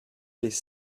les